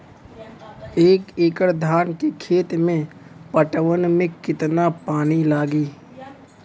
एक एकड़ धान के खेत के पटवन मे कितना पानी लागि?